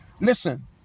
Listen